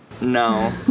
no